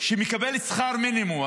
משפחה שמקבלת שכר מינימום,